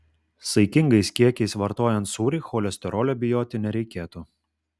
saikingais kiekiais vartojant sūrį cholesterolio bijoti nereikėtų